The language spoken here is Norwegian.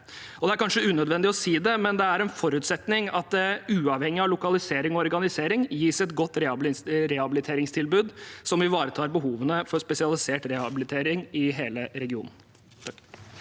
Det er kanskje unødvendig å si det, men det er en forutsetning at det uavhengig av lokalisering og organisering gis et godt rehabiliteringstilbud som ivaretar behovene for spesialisert rehabilitering i hele regionen.